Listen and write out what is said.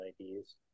ideas